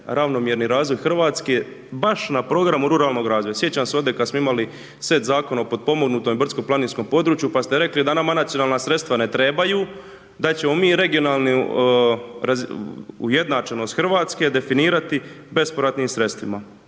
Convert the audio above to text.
ravnomjerni razvoj Hrvatske baš na programu ruralnog razvoja. Sjećam se ovdje kad smo imali set zakona o potpomognutom i brdsko planinskom području, pa ste rekli da nama nacionalna sredstva ne trebaju, da ćemo mi regionalnu ujednačenost Hrvatske definirati bespovratnim sredstvima.